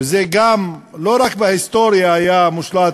ולא רק בהיסטוריה היה מושלט,